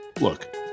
Look